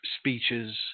speeches